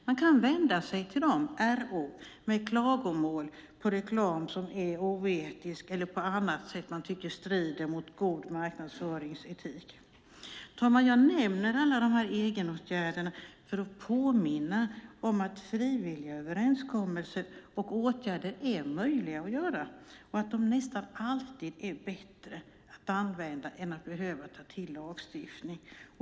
Man kan vända sig till RO med klagomål på reklam som är oetisk eller på annat sätt strider mot god marknadsföringsetik. Herr talman! Jag nämner alla dessa egenåtgärder för att påminna om att frivilliga överenskommelser och åtgärder är möjliga och att de nästan alltid är bättre än att behöva ta till lagstiftning.